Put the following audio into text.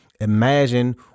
Imagine